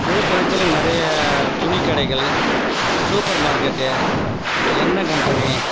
விழுப்புரத்தில் நிறைய துணிக்கடைகள் சூப்பர் மார்க்கெட்டு எண்ணெய் கம்பெனி